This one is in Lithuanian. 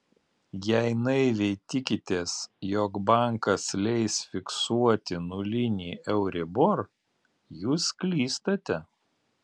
jei naiviai tikitės jog bankas leis fiksuoti nulinį euribor jūs klystate